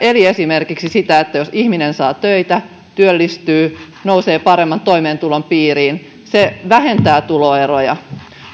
eli esimerkiksi sitä että jos ihminen saa töitä työllistyy nousee paremman toimeentulon piiriin se vähentää tuloeroja